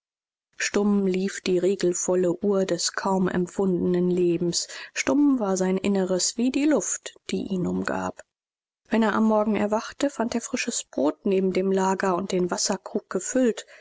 stumm lief die regelvolle uhr des kaum empfundenen lebens stumm war sein inneres wie die luft die ihn umgab wenn er am morgen erwachte fand er frisches brot neben dem lager und den wasserkrug gefüllt